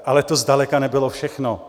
Ale to zdaleka nebylo všechno.